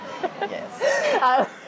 Yes